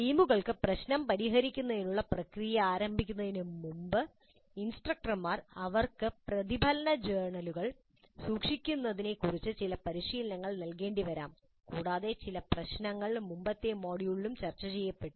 ടീമുകൾ പ്രശ്നം പരിഹരിക്കുന്നതിനുള്ള പ്രക്രിയ ആരംഭിക്കുന്നതിനുമുമ്പ് ഇൻസ്ട്രക്ടർമാർ അവർക്ക് പ്രതിഫലന ജേർണലുകൾ സൂക്ഷിക്കുന്നതിനെക്കുറിച്ച് ചില പരിശീലനം നൽകേണ്ടിവരാം കൂടാതെ ചില പ്രശ്നങ്ങൾ മുമ്പത്തെ മൊഡ്യൂളുകളിലും ചർച്ചചെയ്യപ്പെട്ടു